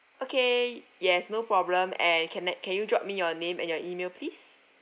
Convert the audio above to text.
okay yes no problem and can I can you drop me your name and your email please